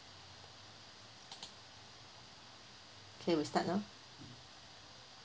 okay we start now